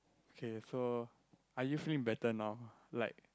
okay so are you feeling better now like